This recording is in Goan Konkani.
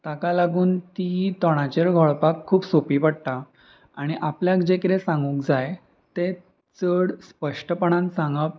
ताका लागून ती तोंडाचेर घळपाक खूब सोंपी पडटा आनी आपल्याक जें कितें सांगूंक जाय तें चड स्पश्टपणान सांगप